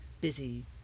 busy